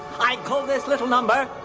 i call this little number,